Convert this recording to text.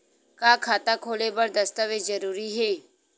का खाता खोले बर दस्तावेज जरूरी हे?